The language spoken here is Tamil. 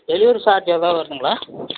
டெலிவரி சார்ஜ் ஏதாச்சும் வருதுங்களா